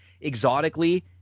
Exotically